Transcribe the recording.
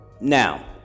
Now